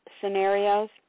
scenarios